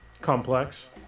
complex